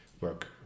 work